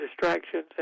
distractions